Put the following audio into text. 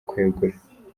kwegura